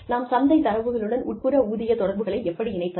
நாம் சந்தை தரவுகளுடன் உட்புற ஊதிய தொடர்புகளை எப்படி இணைப்பது